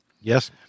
Yes